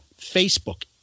Facebook